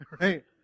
Right